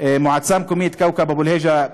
מועצה מקומית כאוכב אבו אל-היג'א,